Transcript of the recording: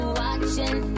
watching